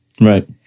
Right